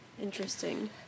interesting